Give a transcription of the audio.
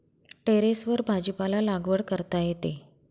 टेरेसवर भाजीपाला लागवड करता येते